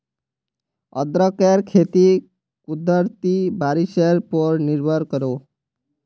अदरकेर खेती कुदरती बारिशेर पोर निर्भर करोह